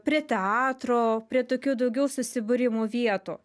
prie teatro prie tokių daugiau susibūrimų vietų